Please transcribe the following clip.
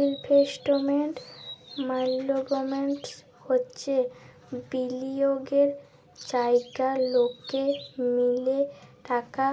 investment মাল্যেগমেন্ট হচ্যে বিলিয়গের জায়গা লকে মিলে টাকা